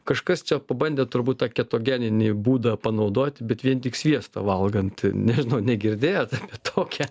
kažkas čia pabandė turbūt tą ketogeninį būdą panaudoti bet vien tik sviestą valgant nežinau negirdėjot apie tokią